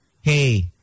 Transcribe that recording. Hey